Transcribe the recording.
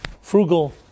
frugal